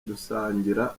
dusangira